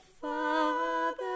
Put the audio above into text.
Father